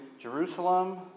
Jerusalem